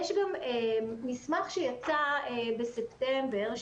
יש גם מסמך שיצא בספטמבר,